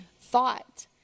thought